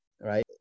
right